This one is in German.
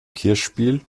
kirchspiel